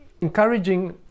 encouraging